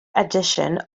edition